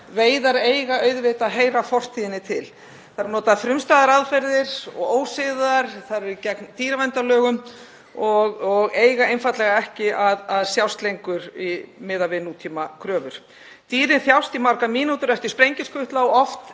veiðar eiga auðvitað að heyra fortíðinni til. Notaðar eru frumstæðar aðferðir og ósiðlegar. Þær fara gegn dýraverndarlögum og eiga einfaldlega ekki að sjást lengur miðað við nútímakröfur. Dýrin þjást í margar mínútur eftir sprengiskutla og oft